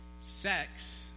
Sex